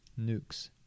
nukes